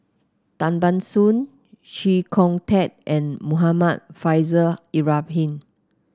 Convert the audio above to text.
Tan Ban Soon Chee Kong Tet and Muhammad Faishal Ibrahim